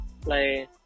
play